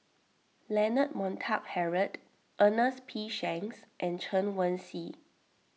Leonard Montague Harrod Ernest P Shanks and Chen Wen Hsi